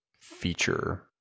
feature